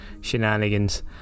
shenanigans